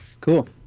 Cool